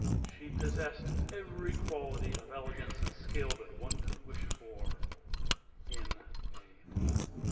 she possessed every quality of elegance and skill that one could wish for in a woman.